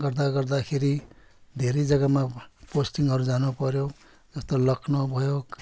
गर्दा गर्दाखेरि धेरै जग्गामा पोस्टिङहरू जानुपऱ्यो जस्तै लखनऊ भयो